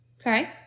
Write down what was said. Okay